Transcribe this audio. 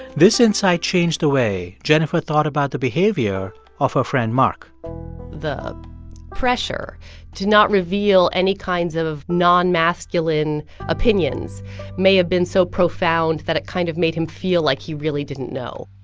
this insight changed the way jennifer thought about the behavior of her friend mark the pressure to not reveal any kinds of non-masculine opinions may have been so profound that it kind of made him feel like he really didn't know